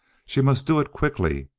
she must do it quickly.